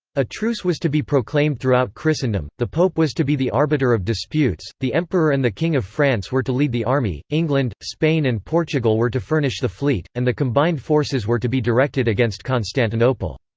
a truce was to be proclaimed throughout christendom the pope was to be the arbiter of disputes the emperor and the king of france were to lead the army england, spain and portugal were to furnish the fleet and the combined forces were to be directed against constantinople.